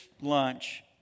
lunch